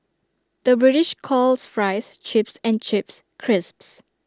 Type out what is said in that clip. the British calls Fries Chips and Chips Crisps